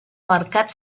mercat